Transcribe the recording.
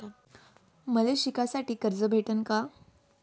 मले शिकासाठी कर्ज भेटन का?